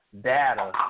data